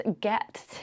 get